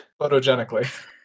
Photogenically